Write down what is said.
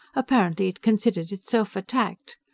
apparently it considered itself attacked.